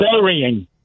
burying